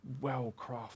well-crafted